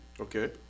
Okay